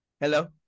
hello